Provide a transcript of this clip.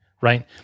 right